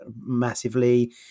massively